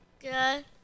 Good